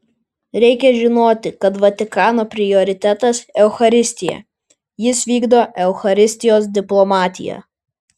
reikia žinoti kad vatikano prioritetas eucharistija jis vykdo eucharistijos diplomatiją